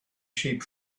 sheep